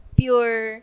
pure